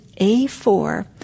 A4